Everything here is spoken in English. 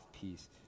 peace